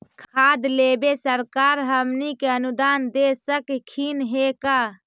खाद लेबे सरकार हमनी के अनुदान दे सकखिन हे का?